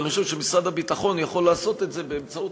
ואני חושב שמשרד הביטחון יכול לעשות את זה באמצעות